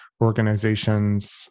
organizations